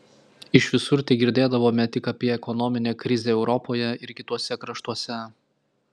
iš visur tegirdėdavome tik apie ekonominę krizę europoje ir kituose kraštuose